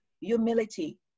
humility